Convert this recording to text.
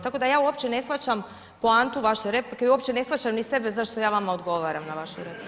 Tako da ja uopće ne shvaćam poantu vaše replike u uopće ne shvaćam ni sebe zašto ja vama odgovaram na vašu repliku.